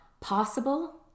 possible